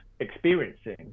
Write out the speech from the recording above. experiencing